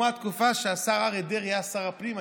בתקופה שהשר אריה דרעי היה שר הפנים,